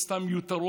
מיותרות,